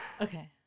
Okay